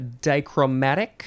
dichromatic